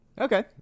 Okay